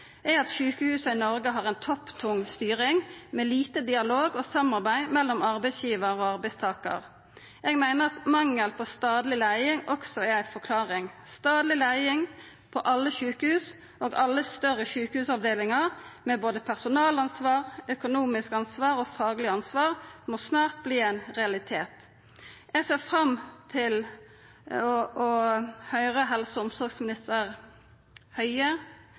er at sjukehusa i Noreg har ei topptung styring, med lite dialog og samarbeid mellom arbeidsgivar og arbeidstakar. Eg meiner at mangel på stadleg leiing også er ei forklaring. Stadleg leiing på alle sjukehus og alle større sjukehusavdelingar, med både personalansvar, økonomisk ansvar og fagleg ansvar, må snart verta ein realitet. Eg ser fram til å høyra svaret frå helse- og omsorgsminister Høie